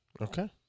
Okay